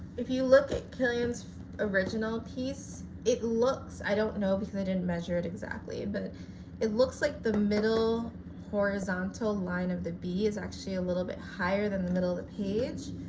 if you look at killian's original piece it looks, i don't know because i didn't measure it exactly, but it looks like the middle horizontal line of the b is actually a little bit higher than the middle of the page,